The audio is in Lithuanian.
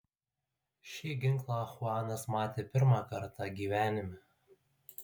šį ginklą chuanas matė pirmą kartą gyvenime